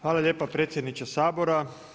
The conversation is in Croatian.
Hvala lijepa predsjedniče Sabora.